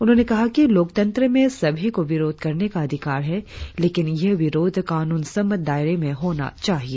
उन्होंने कहा कि लोकतंत्र में सभी को विरोध करने का अधिकार है लेकिन यह विरोध कान्न सम्मत दायरे में होना चाहिए